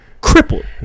crippled